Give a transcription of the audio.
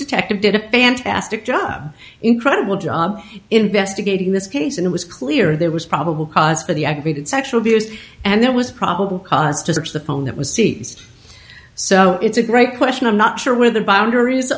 detective did a fantastic job incredible job investigating this case and it was clear there was probable cause for the aggravated sexual abuse and there was probable cause to search the phone that was seized so it's a great question i'm not sure where the boundaries